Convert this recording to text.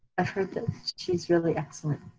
i've heard that she's really excellent.